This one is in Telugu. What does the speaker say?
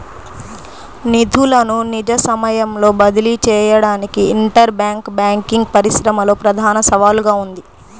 నిధులను నిజ సమయంలో బదిలీ చేయడానికి ఇంటర్ బ్యాంక్ బ్యాంకింగ్ పరిశ్రమలో ప్రధాన సవాలుగా ఉంది